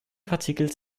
partikel